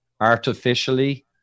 artificially